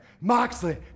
Moxley